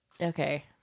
Okay